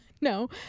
No